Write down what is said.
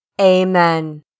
Amen